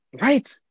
Right